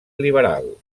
liberal